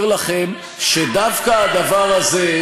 אני אומר לכם שדווקא הדבר הזה,